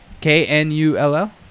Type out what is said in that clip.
K-N-U-L-L